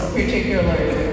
particularly